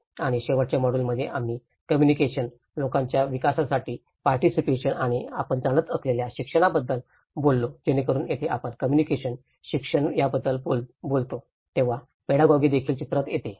आणि शेवटच्या मॉड्यूलमध्ये आम्ही कम्युनिकेशन लोकांच्या विकासासाठी पार्टीसिपेशन आणि आपण जाणत असलेल्या शिक्षणाबद्दल बोललो जेणेकरून येथे आपण कम्युनिकेशन शिक्षण याबद्दल बोलतो तेव्हा पेडागॉगी देखील चित्रात येते